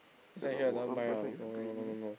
cause of one person is greedy